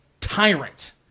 tyrant